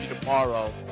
tomorrow